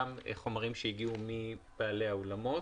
גם חומרים שהגיעו מבעלי האולמות.